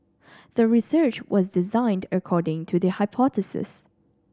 the research was designed according to the hypothesis